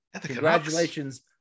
Congratulations